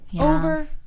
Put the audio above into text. over